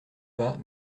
pas